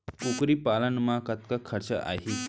कुकरी पालन म कतका खरचा आही?